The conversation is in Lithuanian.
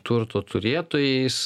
turto turėtojais